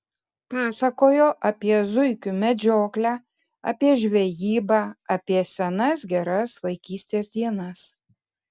pasakojo apie zuikių medžioklę apie žvejybą apie senas geras vaikystės dienas